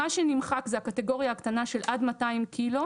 מה שנמחק זה הקטגוריה הקטנה של עד 200 ק"ג.